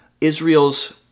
Israel's